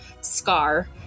Scar